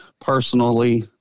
personally –